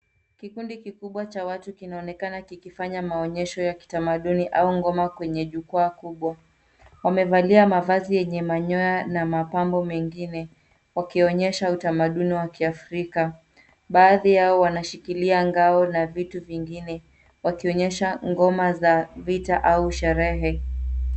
Kikundi kikubwa cha watu kinaonekana kikifanya maonyesho ya kitamaduni au ngoma kwenye jukwaa kubwa. Wamevalia mavazi yenye manyoya na mapambo mengine, wakionesha utamaduni wa kiafrika. Baadhi yao wanashikilia ngao na vitu vingine, wakionyesha ngoma za vita au sherehe.